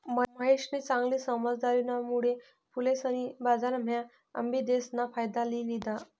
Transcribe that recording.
महेशनी चांगली समझदारीना मुळे फुलेसनी बजारम्हा आबिदेस ना फायदा लि लिदा